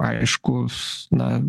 aiškus na